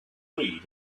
read